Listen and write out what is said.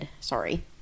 Sorry